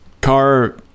Car